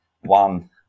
one